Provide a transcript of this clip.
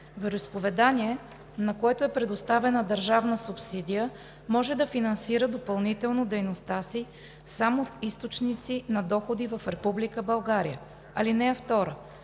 Вероизповедание, на което е предоставена държавна субсидия, може да финансира допълнително дейността си само от източници на доходи в Република